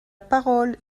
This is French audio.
parole